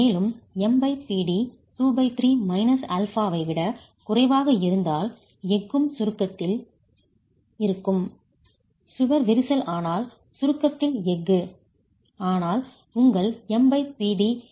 மேலும் MPd ஐ விட குறைவாக இருந்தால் எஃகும் சுருக்கத்தில் காம்ப்ரசிவ் ஸ்ட்ரெஸ் இருக்கும் சுவர் விரிசல் ஆனால் சுருக்கத்தில் காம்ப்ரசிவ் ஸ்ட்ரெஸ் எஃகு